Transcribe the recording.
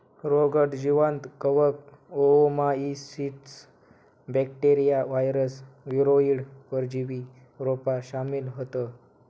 रोगट जीवांत कवक, ओओमाइसीट्स, बॅक्टेरिया, वायरस, वीरोइड, परजीवी रोपा शामिल हत